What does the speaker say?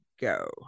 go